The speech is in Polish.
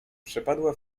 przepadła